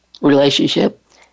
relationship